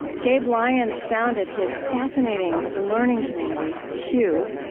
gabe lyons founded his fascinating learning community, q,